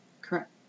correct